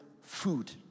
food